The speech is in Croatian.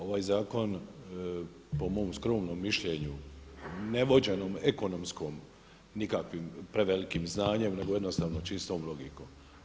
Ovaj zakon po mom skromnom mišljenju, nevođenom ekonomskom nikakvim prevelikim znanjem, nego jednostavno čistom logikom.